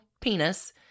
penis